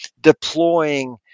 deploying